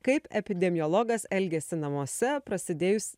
kaip epidemiologas elgėsi namuose prasidėjus